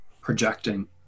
projecting